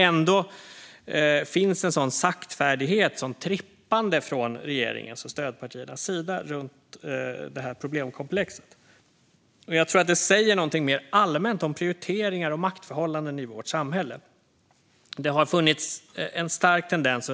Ändå råder en sådan saktfärdighet hos regeringen och stödpartierna. Man trippar runt problemkomplexet. Jag tror att detta säger någonting mer allmänt om prioriteringar och maktförhållanden i vårt samhälle. Det har under flera årtionden funnits en stark tendens